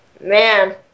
Man